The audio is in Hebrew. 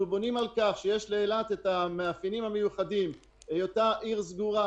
אנחנו בונים על כך שיש לאילת המאפיינים המיוחדים: היותה עיר סגורה,